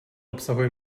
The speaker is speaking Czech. obsahuje